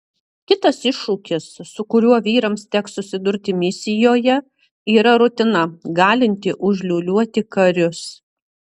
kitas iššūkis su kuriuo vyrams teks susidurti misijoje yra rutina galinti užliūliuoti karius